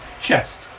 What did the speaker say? chest